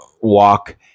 walk